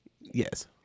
Yes